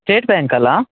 state ಬ್ಯಾಂಕಲ್ಲಾ